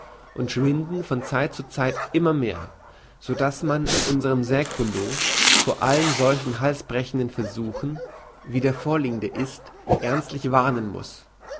und schwinden von zeit zu zeit immer mehr so daß man in unserm säkulo vor allen solchen halsbrechenden versuchen wie der vorliegende ist ernstlich warnen muß